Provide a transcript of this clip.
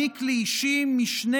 שתי